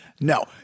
No